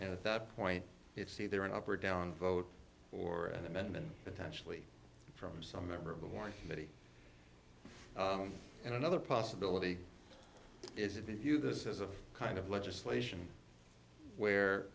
and at that point it's either an up or down vote or an amendment potentially from some member of the war and another possibility is if you this is a kind of legislation where